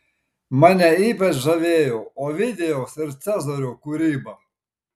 mane ypač žavėjo ovidijaus ir cezario kūryba